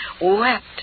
wept